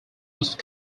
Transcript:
most